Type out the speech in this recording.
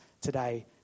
today